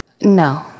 No